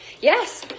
Yes